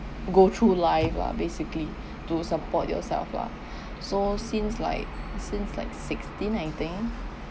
go through life lah basically to support yourself lah so since like since like sixteen I think